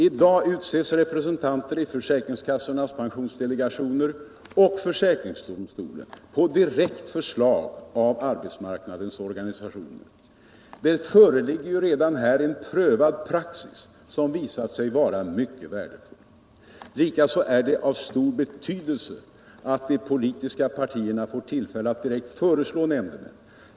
I dag utses representanter i försäkringskassornas pensionsdelegationer och i försäkringsdomstolen på direkt förslag av arbetsmarknadens organisationer. Det föreligger redan här en beprövad praxis, som visat sig vara mycket värdefull. Likaså är det av stor betydelse att de politiska partierna får tillfälle att direkt föreslå nämndemän.